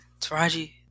Taraji